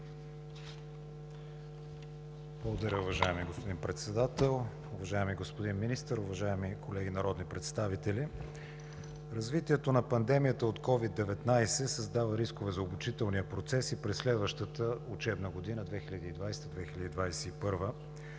Благодаря, уважаеми господин Председател. Уважаеми господин Министър, уважаеми колеги народни представители, развитието на пандемията от COVID-19 създава рискове за обучителния процес и през следващата учебна година 2020 – 2021